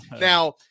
now